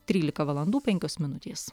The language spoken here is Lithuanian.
trylika valandų penkios minutės